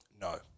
No